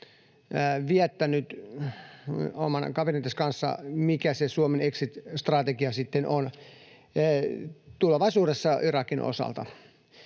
viettänyt omien kavereittensa kanssa, mikä se Suomen exit-strategia sitten on tulevaisuudessa Irakin osalta.